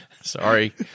Sorry